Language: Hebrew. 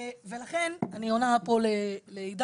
לכן אני עונה פה לעידן.